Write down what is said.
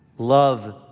Love